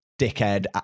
dickhead